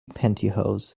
pantyhose